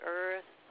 earth